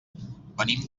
venim